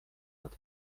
nad